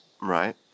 right